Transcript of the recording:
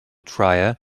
dryer